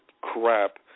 crap